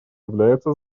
является